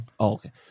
okay